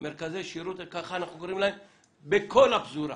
מרכזי שירות בכל הפזורה,